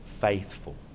faithful